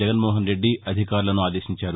జగన్మోహన్ రెడ్డి అధికారులను ఆదేశించారు